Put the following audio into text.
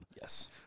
Yes